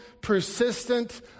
persistent